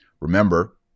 Remember